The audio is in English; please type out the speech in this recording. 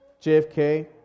JFK